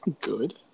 good